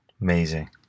amazing